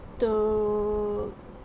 to